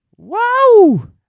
Wow